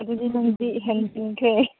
ꯑꯗꯨꯗꯤ ꯅꯪꯁꯦ ꯍꯦꯟꯖꯤꯟꯈ꯭ꯔꯦ